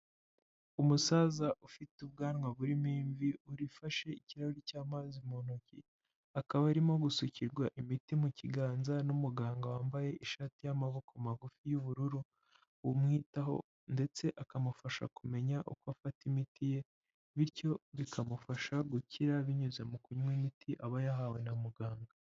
Umusaza ufite ubwanwa burimo imvi kandi ufashe ikirahuri cy'amazi mu ntoki, akaba arimo gusukirwa imiti mu kiganza n'umuganga wambaye ishati y'amaboko magufi y'ubururu, umwitaho ndetse akamufasha kumenya uko afata imiti ye, bityo bikamufasha gukira binyuze mu kunywa imiti aba yahawe na muganga.